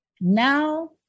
Now